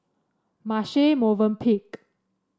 Marche Movenpick